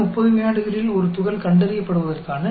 क्या प्रोबेबिलिटी है कि अगले 30 सेकंड में एक कण का पता चला है